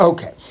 Okay